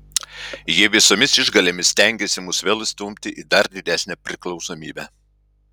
jie visomis išgalėmis stengiasi mus vėl įstumti į dar didesnę priklausomybę